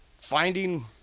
finding –